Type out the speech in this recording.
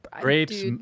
grapes